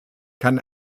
kann